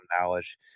knowledge